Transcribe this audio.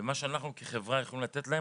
מה שאנחנו כחברה יכולים לתת להם,